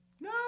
No